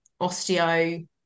osteo